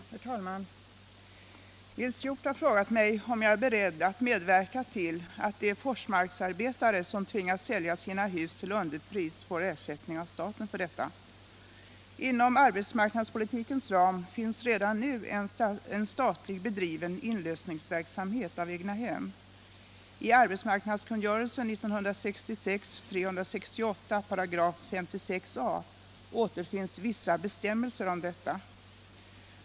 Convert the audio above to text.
6, och anförde: Herr talman! Nils Hjorth har frågat mig om jag är beredd att medverka till att de Forsmarksarbetare som tvingas sälja sina hus till underpris får ersättning av staten för detta. Inom arbetsmarknadspolitikens ram finns redan nu en statligt bedriven inlösningsverksamhet när det gäller egnahem. I arbetsmarknadskungörelsen 56 a §,återfinns vissa bestämmelser om detta.